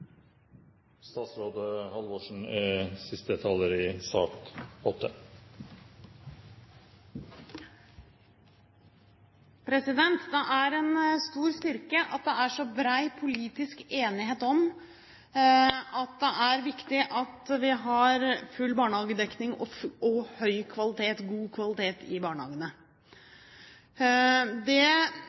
stor styrke at det er så bred politisk enighet om at det er viktig at vi har full barnehagedekning og god kvalitet i barnehagene. Det har denne debatten vist at det